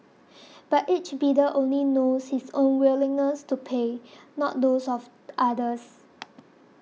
but each bidder only knows his own willingness to pay not those of others